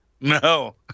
No